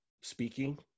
speaking